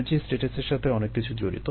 energy স্ট্যাটাসের সাথে অনেক কিছু জড়িত